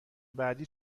بعدی